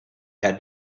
had